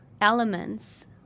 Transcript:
elements